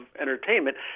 entertainment